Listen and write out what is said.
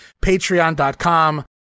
patreon.com